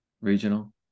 Regional